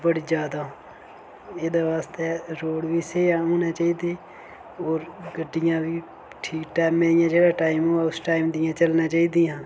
बड़ी ज्यादा एह्दे वास्तै रोड बी स्हेई होने चाही दे होर गड्डियां बी ठीक टैम्मै दियां जेह्ड़ा टाईम होऐ उस टैम दियां चलना चाहिदियां